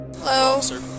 Hello